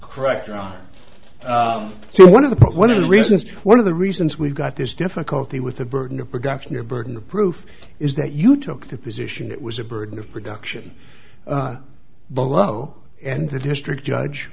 correct around so one of the one of the reasons one of the reasons we've got this difficulty with the burden of production your burden of proof is that you took the position it was a burden of production below and the district judge